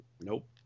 nope